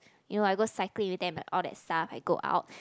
you know I go cycling with them all that stuff I go out